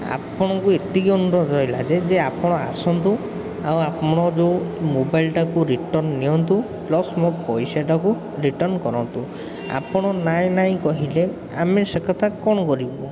ଆପଣଙ୍କୁ ଏତିକି ଅନୁରୋଧ ରହିଲା ଯେ ଯେ ଆପଣ ଆସନ୍ତୁ ଆଉ ଆପଣ ଯେଉଁ ମୋବାଇଲଟାକୁ ରିଟର୍ନ ନିଅନ୍ତୁ ପ୍ଲସ୍ ମୋ ପଇସାଟାକୁ ରିଟର୍ନ କରନ୍ତୁ ଆପଣ ନାଇଁ ନାଇଁ କହିଲେ ଆମେ ସେ କଥା କ'ଣ କରିବୁ